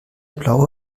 blaue